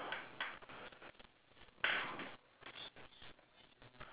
uh too many ya